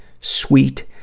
sweet